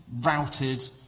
routed